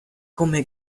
come